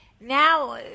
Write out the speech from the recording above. now